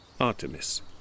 Artemis